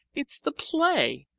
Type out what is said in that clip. it's the play.